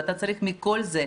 ואתה צריך מכל זה,